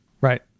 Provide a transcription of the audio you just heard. Right